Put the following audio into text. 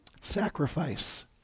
Sacrifice